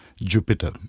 jupiter